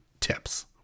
tips